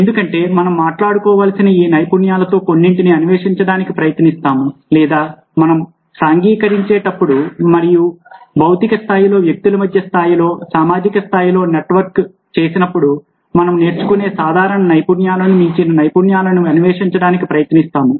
ఎందుకంటే మనం మాట్లాడుకోవాల్సిన ఈ నైపుణ్యాలలో కొన్నింటిని అన్వేషించడానికి ప్రయత్నిస్తాము లేదా మనం సాంఘికీకరించేటప్పుడు మరియు భౌతిక స్థాయిలో వ్యక్తుల మధ్య స్థాయిలో సామాజిక స్థాయిలో నెట్వర్క్ చేసినప్పుడు మనం నేర్చుకునే సాధారణ నైపుణ్యాలను మించిన నైపుణ్యాలను అన్వేషించడానికి ప్రయత్నిస్తాము